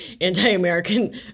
anti-American